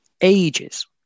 ages